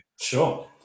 sure